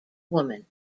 woman